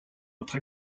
autre